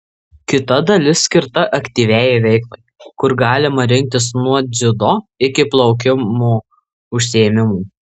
kita dalis skirta aktyviajai veiklai kur galima rinktis nuo dziudo iki plaukimo užsiėmimų